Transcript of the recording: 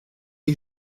est